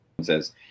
says